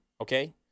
okay